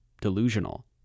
delusional